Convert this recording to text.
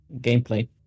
gameplay